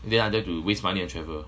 then I don't have to waste money and travel